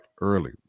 early